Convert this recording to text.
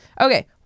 Okay